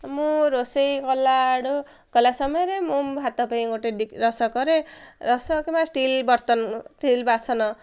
ମୁଁ ରୋଷେଇ କଲାଆଡ଼ୁ କଲା ସମୟରେ ମୁଁ ଭାତ ପାଇଁ ଗୋଟେ ରସ କରେ ରସ କିମ୍ବା ଷ୍ଟିଲ ବର୍ତ୍ତନ ଷ୍ଟିଲ ବାସନ